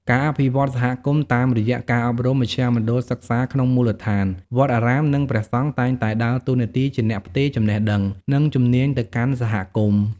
ការអភិវឌ្ឍសហគមន៍តាមរយៈការអប់រំមជ្ឈមណ្ឌលសិក្សាក្នុងមូលដ្ឋាន វត្តអារាម និងព្រះសង្ឃតែងតែដើរតួនាទីជាអ្នកផ្ទេរចំណេះដឹង និងជំនាញទៅកាន់សហគមន៍។